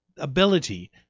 ability